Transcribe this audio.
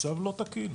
מצב לא תקין.